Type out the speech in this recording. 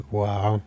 wow